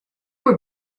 were